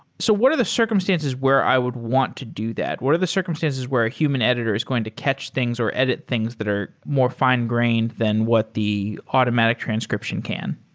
so what are the circumstances where i would want to do that? what are the circumstances where a human editor is going to catch things, or edit things that are more fi ne-grained than what the automatic transcription can?